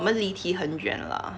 我们离题很远啦